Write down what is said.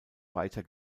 weiter